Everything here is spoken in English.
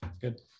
Good